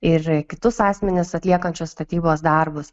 ir kitus asmenis atliekančius statybos darbus